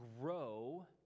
grow